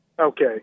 Okay